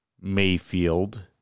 Mayfield